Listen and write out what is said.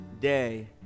day